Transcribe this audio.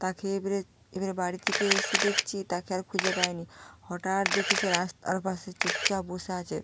তাকে এবারে এবারে বাড়ি থেকে এসে দেখছি তাকে আর খুঁজে পাইনি হঠাৎ দেখি সে রাস্তার পাশে চুপচাপ বসে আছে